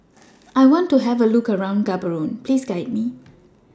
I want to Have A Look around Gaborone Please Guide Me